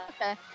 Okay